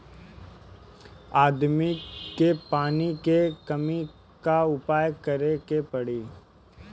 आदमी के पानी के कमी क उपाय करे के पड़ी